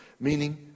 meaning